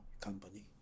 company